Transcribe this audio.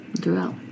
throughout